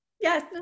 yes